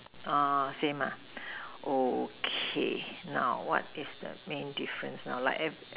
orh same ah okay now what is the main difference now like every